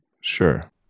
Sure